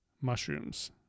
mushrooms